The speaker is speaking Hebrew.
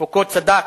פוקו צדק,